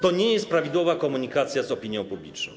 To nie jest prawidłowa komunikacja z opinią publiczną.